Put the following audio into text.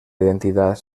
identidad